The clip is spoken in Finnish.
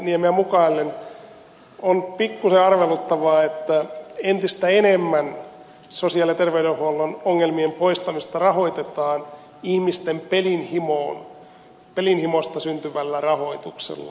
kankaanniemeä mukaillen on pikkuisen arveluttavaa että entistä enemmän sosiaali ja terveydenhuollon ongelmien poistamista rahoitetaan ihmisten pelihimosta syntyvällä rahoituksella